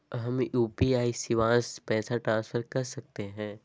हम यू.पी.आई शिवांश पैसा ट्रांसफर कर सकते हैं?